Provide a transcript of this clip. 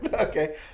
okay